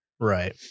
Right